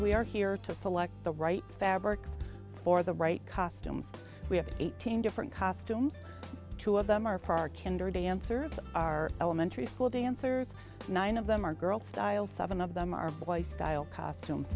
we are here to select the right fabrics for the right costumes we have eighteen different costumes two of them are for our candor dancers are elementary school dancers nine of them are girls style seven of them are boy style costumes